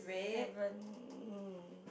seven